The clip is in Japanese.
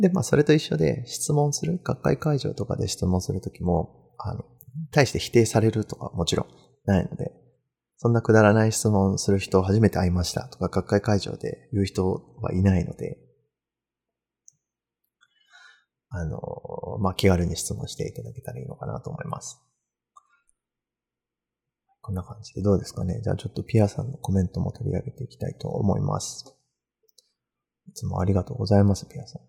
で、まあ、それと一緒で質問する、学会会場とかで質問する時も、あの、大して否定されるとかもちろんないので、そんなくだらない質問する人初めて会いましたとか、学会会場で言う人はいないので、あの、まあ、気軽に質問していただけたらいいのかなと思います。こんな感じでどうですかね。じゃあちょっとピアさんのコメントも取り上げていきたいと思います。いつもありがとうございます、ピアさん。